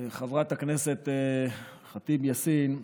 חברת הכנסת ח'טיב יאסין,